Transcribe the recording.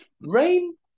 Rain